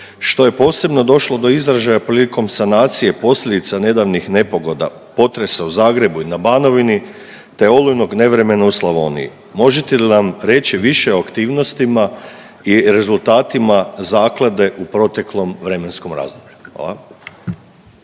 što je posebno došlo do izražaja prilikom sanacije posljedica nedavnih nepogoda, potresa u Zagrebu i na Banovini te olujnog nevremena u Slavoniji. Možete li nam reći više o aktivnostima i rezultatima Zaklade u proteklom vremenskom razdoblju?